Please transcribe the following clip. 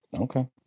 Okay